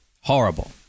Horrible